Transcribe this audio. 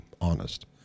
honest